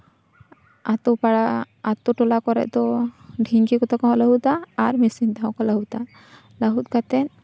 ᱟᱛᱳ ᱯᱟᱲᱟ ᱟᱛᱳ ᱴᱚᱞᱟ ᱠᱚᱨᱮ ᱫᱚ ᱰᱷᱤᱝᱠᱤ ᱛᱮᱦᱚᱸ ᱠᱚ ᱞᱟᱹᱦᱩᱫᱟ ᱟᱨ ᱢᱤᱥᱤᱱ ᱛᱮᱦᱚᱸ ᱠᱚ ᱞᱟᱹᱦᱩᱫᱟ ᱞᱟᱹᱦᱩᱫ ᱠᱟᱛᱮ